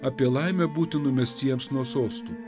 apie laimę būti numestiems nuo sostų